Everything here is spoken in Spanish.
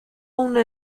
una